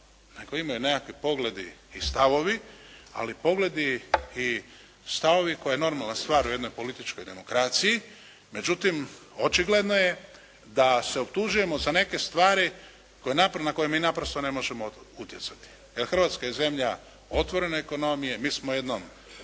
Nego imaju nekakvi pogledi i stavovi ali pogledi i stavovi koji su normalna stvar u jednoj političkoj demokraciji. Međutim, očigledno je da se optužujemo za neke stvari na koje mi naprosto ne možemo utjecati. Jer Hrvatska je zemlja otvorene ekonomije, mi smo jednom